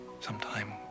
sometime